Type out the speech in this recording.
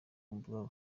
kumbuga